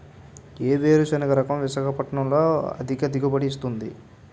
ఏ వేరుసెనగ రకం విశాఖపట్నం లో అధిక దిగుబడి ఇస్తుంది?